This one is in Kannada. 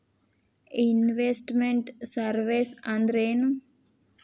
ಇನ್ವೆಸ್ಟ್ ಮೆಂಟ್ ಸರ್ವೇಸ್ ಅಂದ್ರೇನು?